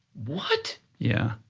what? yeah.